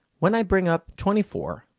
when i bring up twenty four,